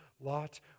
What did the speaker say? Lot